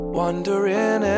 wondering